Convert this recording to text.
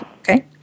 Okay